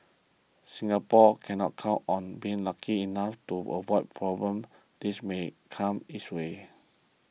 Singapore cannot count on being lucky enough to avoid problems that may come its way